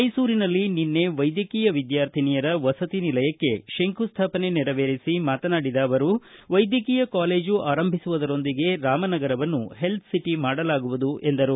ಮೈಸೂರಿನಲ್ಲಿ ನಿನ್ನೆ ವೈದ್ಯಕೀಯ ವಿದ್ಯಾರ್ಥಿನಿಯರ ವಸತಿ ನಿಲಯಕ್ಕೆ ಶಂಕುಸ್ಥಾಪನೆ ನೆರವೇರಿಸಿ ಮಾತನಾಡಿದ ಅವರು ವೈದ್ಯಕೀಯ ಕಾಲೇಜು ಆರಂಭಿಸುವುದರೊಂದಿಗೆ ರಾಮನಗರವನ್ನು ಹೆಲ್ತ್ ಸಿಟಿ ಮಾಡಲಾಗುವುದು ಎಂದರು